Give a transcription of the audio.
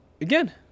again